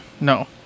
No